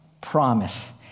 promise